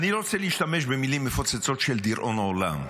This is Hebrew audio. אני לא רוצה להשתמש במילים מפוצצות של דיראון עולם,